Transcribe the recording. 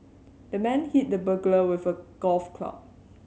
the man hit the burglar with a golf club